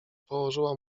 położyła